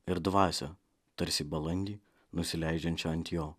ir dvasią tarsi balandį nusileidžiančią ant jo